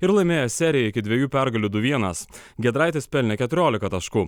ir laimėjo seriją iki dviejų pergalių du vienas giedraitis pelnė keturiolika taškų